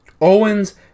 Owens